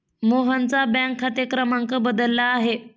मोहनचा बँक खाते क्रमांक बदलला आहे